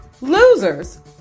losers